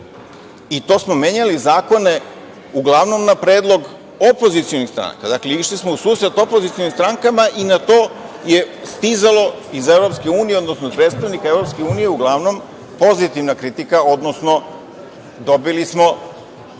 i to smo menjali zakone uglavnom na predlog opozicionih stranaka, dakle, išli smo u susret opozicionim strankama i na to je stizala iz Evropske unije, odnosno od predstavnika Evropske unije, uglavnom pozitivna kritika, odnosno dobili smo